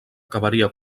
acabaria